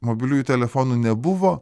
mobiliųjų telefonų nebuvo